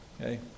Okay